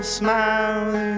smile